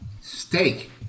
Steak